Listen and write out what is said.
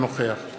הוא אינו נוכח.